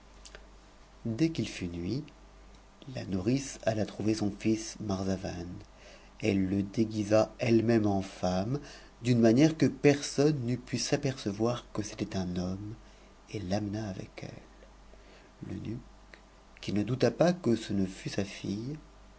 dès qu'il fut nuit la nourrice alia trouver son fils marzavan ëf e n l guisa e e même en femme d'une manière que personne n'eût pu s n cevoir que c'était un homme et t'amena avec elle l'eunuque qui lie doj pas que ce ne fût sa fille